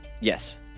Yes